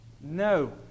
No